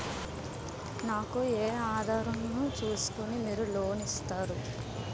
నాకు ఏ ఆధారం ను చూస్కుని మీరు లోన్ ఇస్తారు?